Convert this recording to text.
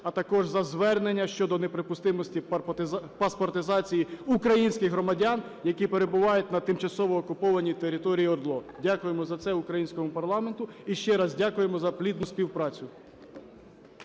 а також за звернення щодо неприпустимості паспортизації українських громадян, які перебувають на тимчасово окупованій території ОРДЛО. Дякуємо за це українському парламенту, і ще раз дякуємо за плідну співпрацю.